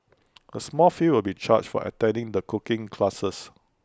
A small fee will be charged for attending the cooking classes